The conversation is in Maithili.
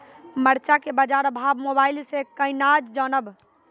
मरचा के बाजार भाव मोबाइल से कैनाज जान ब?